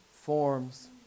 forms